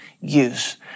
use